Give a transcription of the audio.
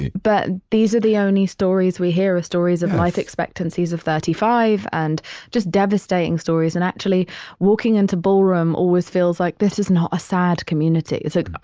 but these are the only stories we hear are stories of life expectancies of thirty five and just devastating stories. and actually walking into ballroom always feels like this is not a sad community. it's like ah